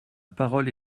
parole